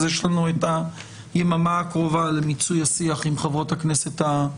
יש לנו את היממה הקרובה למיצוי השיח עם חברות הכנסת המציעות.